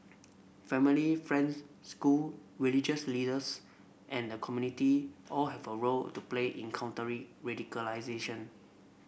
family friends school religious leaders and the community all have a role to play in countering radicalisation